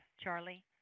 Charlie